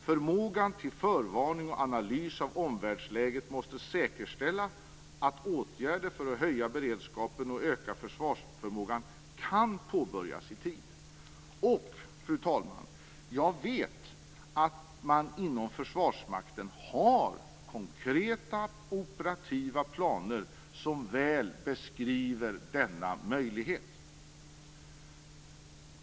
Förmågan till förvarning och analys av omvärldsläget måste säkerställa att åtgärder för att höja beredskapen och öka försvarsförmågan kan påbörjas i tid. Fru talman! Jag vet också att man inom Försvarsmakten har konkreta operativa planer som väl beskriver denna möjlighet.